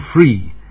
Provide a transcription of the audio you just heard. free